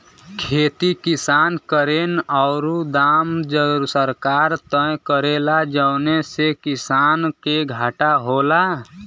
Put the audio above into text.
खेती किसान करेन औरु दाम सरकार तय करेला जौने से किसान के घाटा होला